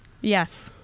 Yes